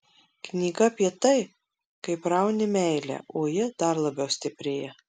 knyga apie tai kaip rauni meilę o ji dar labiau stiprėja